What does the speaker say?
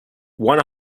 one